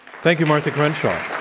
thank you, martha crenshaw.